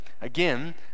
Again